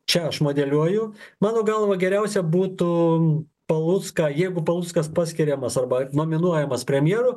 čia aš modeliuoju mano galva geriausia būtų palucką jeigu paluckas paskiriamas arba nominuojamas premjeru